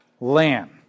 land